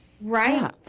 Right